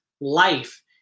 life